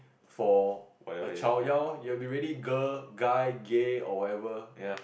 for a child ya lor you have to be ready girl guy gay or whatever